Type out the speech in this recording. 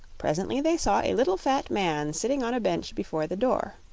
presently, they saw a little fat man sitting on a bench before the door.